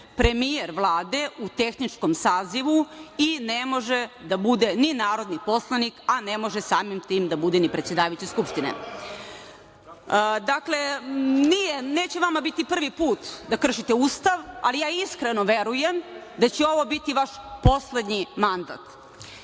premijer Vlade u tehničkom sazivu i ne može da bude ni narodni poslanik, a ne može samim tim da bude ni predsedavajući Skupštine. Dakle, neće vama biti prvi put da kršite Ustav, ali ja iskreno verujem da će ovo biti vaš poslednji mandat.O